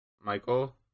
Michael